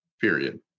period